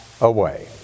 away